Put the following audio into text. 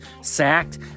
sacked